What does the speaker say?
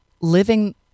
living